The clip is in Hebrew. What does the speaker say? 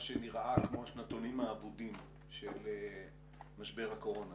ספציפית במה שנראה כמו השנתונים האבודים של משבר הקורונה,